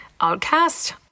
Outcast